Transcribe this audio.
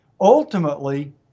ultimately